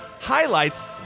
highlights